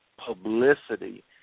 publicity